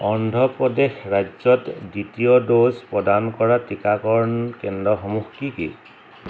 অন্ধ্ৰ প্ৰদেশ ৰাজ্যত দ্বিতীয় ড'জ প্ৰদান কৰা টিকাকৰণ কেন্দ্ৰসমূহ কি কি